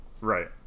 Right